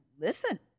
listen